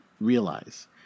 realize